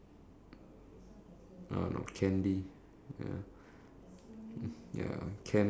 just in case but uh might be a burden for the like weight and